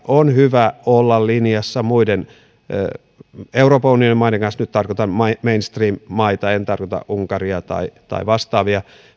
on hyvä olla linjassa muiden euroopan unionin maiden kanssa nyt tarkoitan mainstream maita en tarkoita unkaria tai tai vastaavia